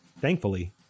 Thankfully